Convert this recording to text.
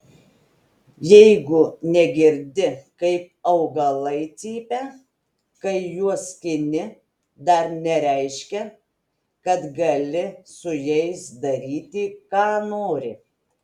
jeigu negirdi kaip augalai cypia kai juos skini dar nereiškia kad gali su jais daryti ką nori